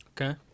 Okay